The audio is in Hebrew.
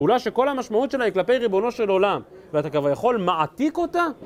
אולי שכל המשמעות שלה היא כלפי ריבונו של עולם, ואתה כביכול מעתיק אותה?!